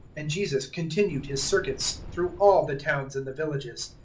and jesus continued his circuits through all the towns and the villages,